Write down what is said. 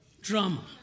Drama